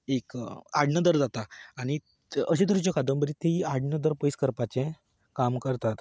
एक आडनदर जाता आनी अशे तरेच्यो कदंबरी ती आडनदर पयस करपाचे काम करता